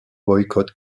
boycott